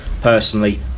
personally